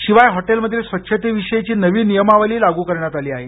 शिवाय हॉटेलमधील स्वच्छतेविषयीची नवी नियमावली लागू करण्यात आली आहे